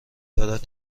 دارد